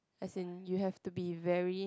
as in you have to be very